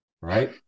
right